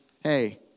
hey